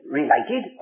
related